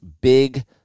big